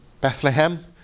Bethlehem